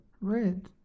Red